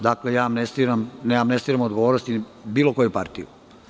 Dakle, ne amnestiram odgovornosti bilo koju partiju.